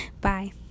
Bye